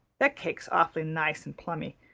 that cake's awful nice and plummy.